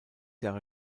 jahre